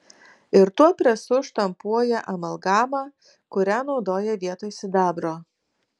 ir tuo presu štampuoja amalgamą kurią naudoja vietoj sidabro